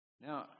Now